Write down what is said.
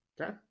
Okay